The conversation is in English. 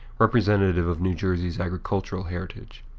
representative of new jersey's agricultural heritage.